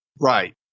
Right